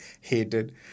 hated